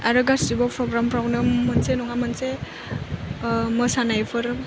आरो गासैबो प्रग्राम फ्रावनो मोनसे नङा मोनसे मोसानायफोर